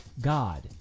God